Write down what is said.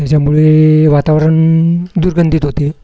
त्याच्यामुळे वातावरण दुर्गंधित होते